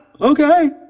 Okay